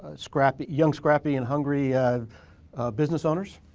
ah scrappy, young, scrappy and hungry and business owners?